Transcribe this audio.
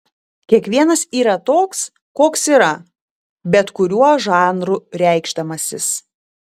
kiekvienas yra toks koks yra bet kuriuo žanru reikšdamasis